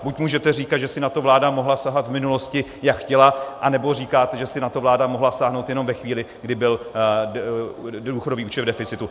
Buď můžete říkat, že si na to vláda mohla sahat v minulosti, jak chtěla, anebo říkat, že si na to vláda mohla sáhnout jenom ve chvíli, kdy byl důchodový účet v deficitu.